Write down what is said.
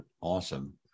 Awesome